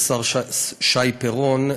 השר שי פירון,